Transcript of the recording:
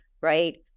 right